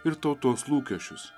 ir tautos lūkesčius